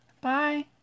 Bye